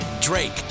Drake